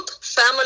family